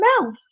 mouth